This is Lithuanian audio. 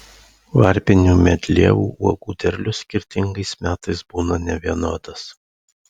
varpinių medlievų uogų derlius skirtingais metais būna nevienodas